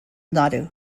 nadu